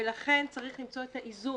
ולכן צריך למצוא את האיזון.